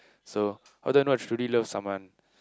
so how do I know I truly love someone